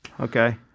Okay